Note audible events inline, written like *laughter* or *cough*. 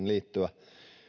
*unintelligible* liittyä